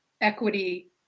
equity